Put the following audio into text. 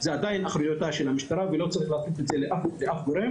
זו עדיין אחריותה של המשטרה ולא צריך להפנות את זה לאף גורם.